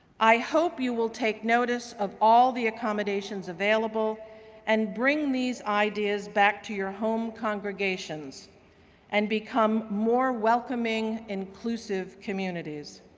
i hope you will take notice of all the accommodations available and bring these ideas back to your home congregations and become more welcome ing inclusive communities.